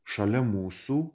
šalia mūsų